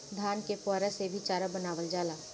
धान के पुअरा से भी चारा बनावल जाला